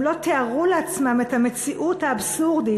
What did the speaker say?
הם לא תיארו לעצמם את המציאות האבסורדית